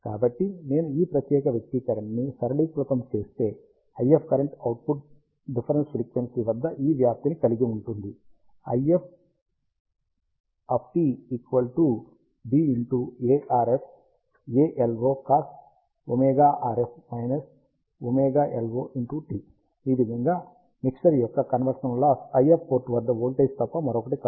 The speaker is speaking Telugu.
కాబట్టి నేను ఈ ప్రత్యేక వ్యక్తీకరణ ని సరళీకృతం చేస్తే IF current output difference frequency వద్ద ఈ వ్యాప్తి ని కలిగి ఉంటుంది ఈ విధంగా మిక్సర్ యొక్క కన్వర్షన్ లాస్ IF పోర్ట్ వద్ద వోల్టేజ్ తప్ప మరొకటి కాదు